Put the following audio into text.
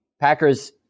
Packers